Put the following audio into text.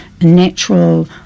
natural